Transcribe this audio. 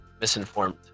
misinformed